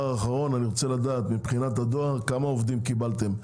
אני רוצה לדעת מבחינת הדואר כמה עובדים קיבלתם.